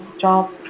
job